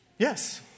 Yes